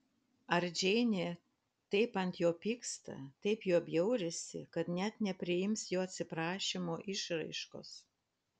ar džeinė taip ant jo pyksta taip juo bjaurisi kad net nepriims jo atsiprašymo išraiškos